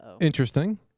interesting